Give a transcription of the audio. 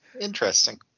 Interesting